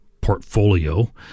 portfolio